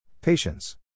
Patience